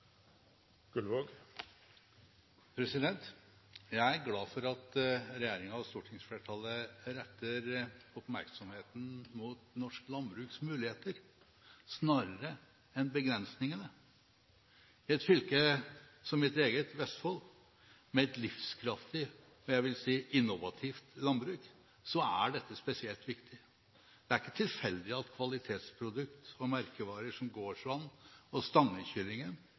Jeg er glad for at regjeringen og stortingsflertallet nå retter oppmerksomheten mot norsk landbruks muligheter snarere enn begrensningene. For et fylke som mitt eget, Vestfold, med et livskraftig – og jeg vil si innovativt – landbruk, er dette spesielt viktig. Det er ikke tilfeldig at kvalitetsprodukter og merkevarer som Gårdsand og